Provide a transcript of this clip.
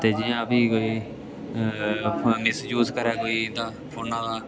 ते जि'यां फ्ही कोई मिसयूज़ करै कोई एह्दा फोनै दा